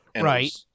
Right